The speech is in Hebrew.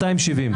זה לא מפריע לכם.